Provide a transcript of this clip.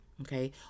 okay